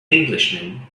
englishman